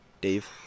Dave